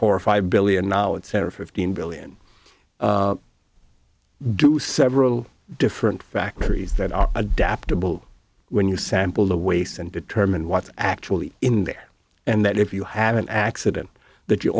four or five billion now it's there are fifteen billion do several different factories that are adaptable when you sample the waste and determine what's actually in there and that if you have an accident that you